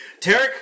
Tarek